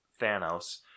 thanos